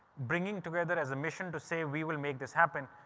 bringing together as a mission to say we will make this happen,